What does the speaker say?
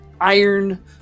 iron